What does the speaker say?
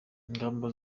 ingamba